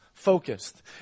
focused